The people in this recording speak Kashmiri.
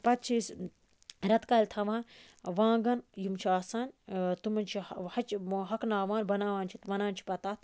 پَتہٕ چھِ أسۍ ریٚکالہِ تھاوان وانٛگَن یِم چھِ آسان تِمَن چھِ ہۄکھناوان بَناوان چھِ وَنان چھِ پَتہٕ تَتھ